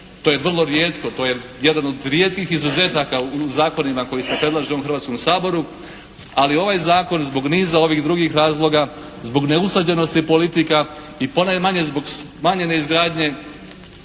To je vrlo rijetko. To je jedan od rijetkih izuzetaka u zakonima koji se predlažu u ovom Hrvatskom saboru. Ali ovaj zakon zbog niza ovih drugih razloga, zbog neusklađenosti politika i ponajmanje zbog smanjenje izgradnje